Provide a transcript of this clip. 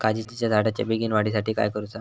काजीच्या झाडाच्या बेगीन वाढी साठी काय करूचा?